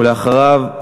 ואחריו,